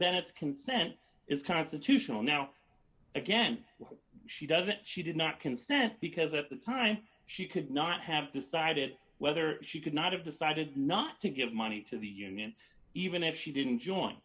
bennett's consent is constitutional now again she doesn't she did not consent because at that time she could not have decided whether she could not have decided not to give money to the union even if she didn't join